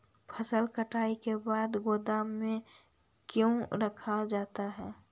फसल कटाई के बाद गोदाम में क्यों रखा जाता है?